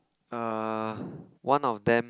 err one of them